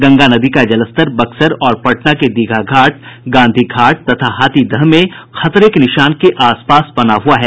गंगा नदी का जलस्तर बक्सर और पटना के दीघा घाट गांधी घाट तथा हाथीदह में खतरे के निशान के आस पास बना हुआ है